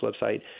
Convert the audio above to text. website